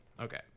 Okay